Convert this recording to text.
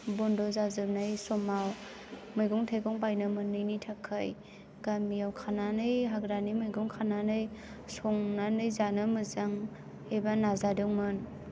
बन्द जाजोबनाय समाव मैगं थाइगं बायनो मोनैनि थाखाय गामियाव खानानै हाग्रानि मैगं खानानै संनानै जानो मोजां एबा नाजादोंमोन